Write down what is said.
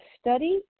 study